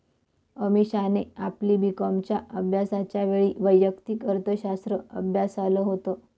अमीषाने आपली बी कॉमच्या अभ्यासाच्या वेळी वैयक्तिक अर्थशास्त्र अभ्यासाल होत